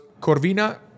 Corvina